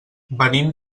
venim